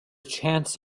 chance